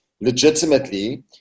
legitimately